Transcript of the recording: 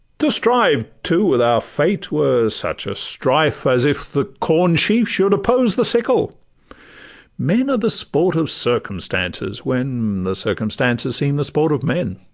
to strive, too, with our fate were such a strife as if the corn-sheaf should oppose the sickle men are the sport of circumstances, when the circumstances seem the sport of men